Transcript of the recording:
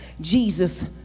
Jesus